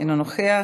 אינו נוכח.